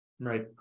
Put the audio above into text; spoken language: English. right